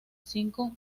cinco